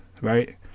right